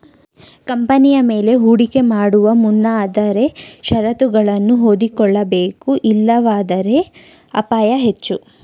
ಕಂಪನಿಯ ಮೇಲೆ ಹೂಡಿಕೆ ಮಾಡುವ ಮುನ್ನ ಆದರೆ ಶರತ್ತುಗಳನ್ನು ಓದಿಕೊಳ್ಳಬೇಕು ಇಲ್ಲವಾದರೆ ಅಪಾಯ ಹೆಚ್ಚು